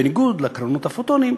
זאת בניגוד להקרנות הפוטונים,